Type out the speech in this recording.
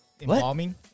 Embalming